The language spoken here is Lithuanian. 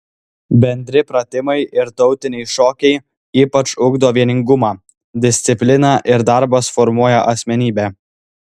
bendri pratimai ir tautiniai šokiai ypač ugdo vieningumą disciplina ir darbas formuoja asmenybę